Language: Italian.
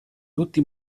tutti